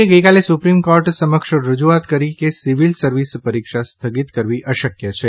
એ ગઈકાલે supreme court સમક્ષ રજૂઆત કરી છે કે સિવિલ સર્વિસ પરીક્ષા સ્થગિત કરવી અશક્ય છે